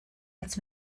als